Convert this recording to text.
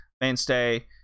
mainstay